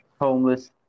homeless